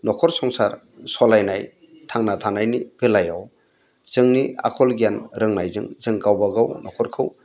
न'खर संसार सालायनाय थांना थानायनि बेलायाव जोंनि आखल गियान रोंनायजों जों गावबागाव न'खरखौ